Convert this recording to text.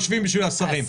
חושבים בשביל השרים.